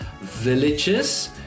villages